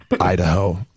Idaho